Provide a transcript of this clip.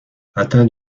atteint